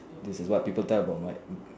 this a lot people tell about my